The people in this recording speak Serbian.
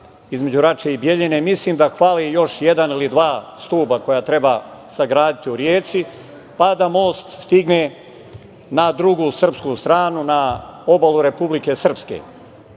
između Rače i Bjeljine. Mislim da fale još jedan ili dva stuba koja treba sagraditi u reci, pa da most stigne na drugu srpsku stranu, na obalu Republike Srpske.